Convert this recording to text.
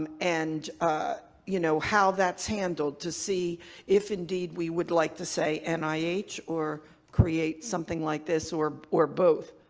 and and ah you know how that's handled to see if indeed we would like to say, and nih or create something like this or or both.